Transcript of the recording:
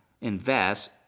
invest